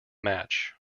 match